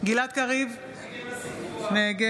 גלעד קריב נגד